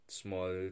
small